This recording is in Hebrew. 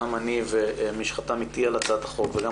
גם אני ומי שחתם איתי על הצעת החוק וגם